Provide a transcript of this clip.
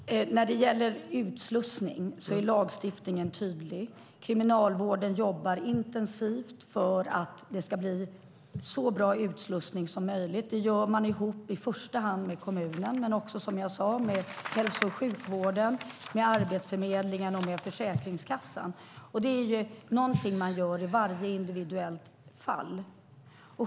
Fru talman! När det gäller utslussning är lagstiftningen tydlig. Kriminalvården jobbar intensivt för att det ska bli så bra utslussning som möjligt. Det gör man i första hand ihop med kommunen men också, som jag sade, med hälso och sjukvården, Arbetsförmedlingen och Försäkringskassan. Det är någonting man gör i varje individuellt fall.